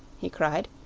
he cried,